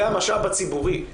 זה המשאב הציבורי,